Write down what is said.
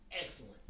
Excellent